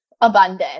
abundant